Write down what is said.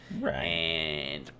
Right